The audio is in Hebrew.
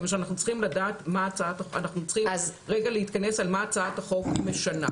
כיוון שאנחנו צריכים להתכנס על מה הצעת החוק משנה.